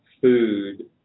food